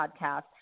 podcast